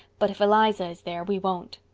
but if eliza is there we won't.